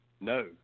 No